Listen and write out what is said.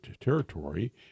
territory